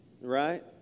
right